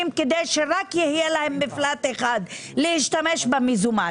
כדי שיהיה להם רק מפלט אחד להשתמש במזומן.